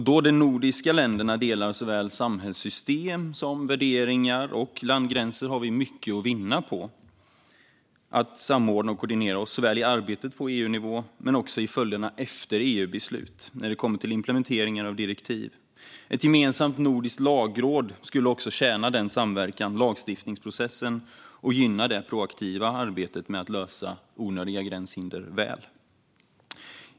Då de nordiska länderna delar såväl samhällssystem som värderingar och landgränser har vi mycket att vinna på att samordna och koordinera oss såväl i arbetet på EU-nivå som i följderna efter EU-beslut, när det kommer till implementeringar av direktiv. Ett gemensamt nordiskt lagråd skulle också tjäna denna samverkan och lagstiftningsprocessen och gynna det proaktiva arbetet med att lösa onödiga gränshinder väl.